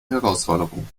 herausforderung